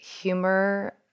humor